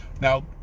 Now